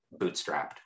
bootstrapped